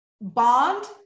bond